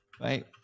right